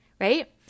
right